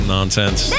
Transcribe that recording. Nonsense